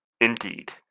Indeed